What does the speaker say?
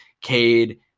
Cade